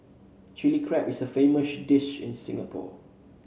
Chilli Crab is a famous dish in Singapore